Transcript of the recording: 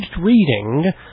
reading